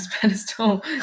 pedestal